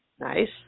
Nice